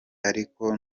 ariko